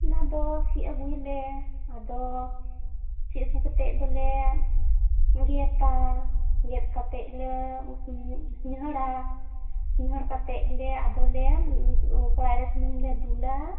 ᱚᱱᱟ ᱫᱚ ᱥᱤᱫ ᱟᱜᱩᱭᱟᱞᱮ ᱟᱫᱚ ᱥᱤᱫ ᱟᱹᱜᱩ ᱠᱟᱛᱮ ᱵᱚᱞᱮ ᱜᱮᱫᱟ ᱜᱮᱫ ᱠᱟᱛᱮᱞᱮ ᱦᱤᱧᱦᱟᱹᱲᱟ ᱦᱤᱧᱦᱟᱹᱲ ᱠᱟᱛᱮ ᱞᱮ ᱟᱫᱚ ᱞᱮ ᱟᱫᱚ ᱞᱮ ᱠᱚᱲᱟᱭ ᱨᱮ ᱥᱩᱱᱩᱢ ᱞᱮ ᱫᱩᱞᱟ